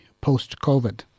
post-COVID